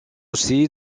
aussi